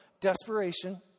desperation